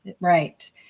Right